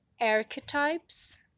archetypes